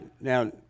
now